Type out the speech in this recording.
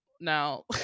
Now